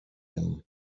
them